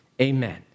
amen